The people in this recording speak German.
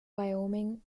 wyoming